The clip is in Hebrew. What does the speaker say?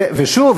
ושוב,